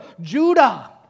Judah